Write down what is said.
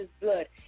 blood